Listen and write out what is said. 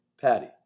Patty